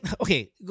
Okay